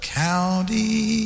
county